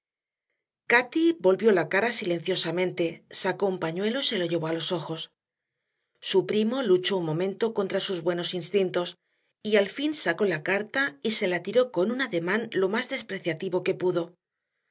cati volvió la cara silenciosamente sacó un pañuelo y se lo llevó a los ojos su primo luchó un momento contra sus buenos instintos y al fin sacó la carta y se la tiró con un ademán lo más despreciativo que pudo